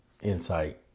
insight